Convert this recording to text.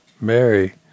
mary